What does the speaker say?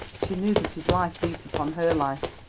she knew that his life beat upon her life.